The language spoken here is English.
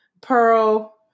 Pearl